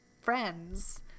friends